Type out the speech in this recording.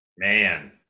Man